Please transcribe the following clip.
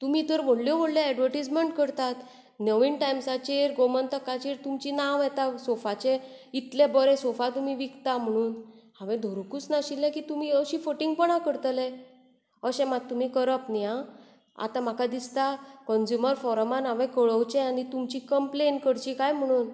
तुमी तर व्हडल्यो व्हडल्यो ऍडवटिजमँट करतात नवीन टायम्साचेर गोमंतकाचेर तुमचें नांव येता सोफाचें इतले बरे सोफा तुमी विकता म्हणून हांवें धरुंकूच नाशिल्लें तुमी अशीं फटींगपणा करतले अशें मात तुमी करप न्हय आं आतां म्हाका दिसता कंज्युमर फॉरमान हांवें कळोवचें आनी तुमची कंप्लेन करची कांय म्हणून